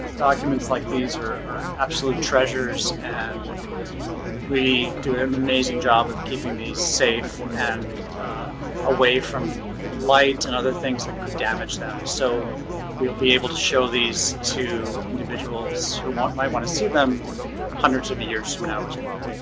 documents like these are are absolute treasures and we do an amazing job of keeping these safe and away from light and other things that could damage them, so we'd be able to show these to individuals who might want to see them hundreds of years from now as well.